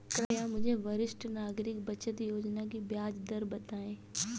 कृपया मुझे वरिष्ठ नागरिक बचत योजना की ब्याज दर बताएं?